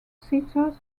seater